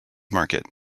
market